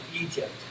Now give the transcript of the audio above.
Egypt